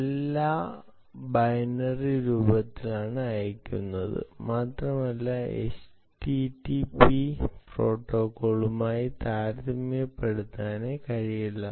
എല്ലാം ബൈനറി രൂപത്തിലാണ് അയച്ചിരിക്കുന്നത് മാത്രമല്ല http പ്രോട്ടോക്കോളുമായി താരതമ്യപ്പെടുത്താനേ കഴിയില്ല